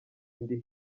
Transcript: ndi